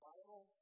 Bible